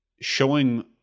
showing